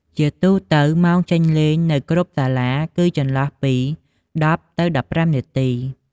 ជាទូទៅម៉ោងចេញលេងនៅគ្រប់សាលាគឺចន្លោះពី ១០ទៅ១៥នាទី។